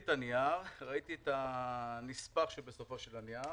את הנייר, ראיתי את הנספח שבסופו של הנייר,